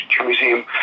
Museum